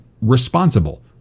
responsible